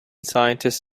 scientists